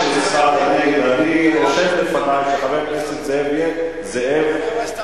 חבר הכנסת נסים זאב,